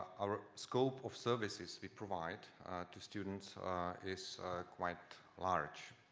our scope of services we provide to students is quite large.